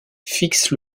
fixe